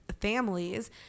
families